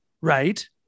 right